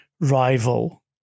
rival